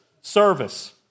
service